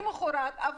למחרת,